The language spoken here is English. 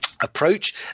approach